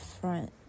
front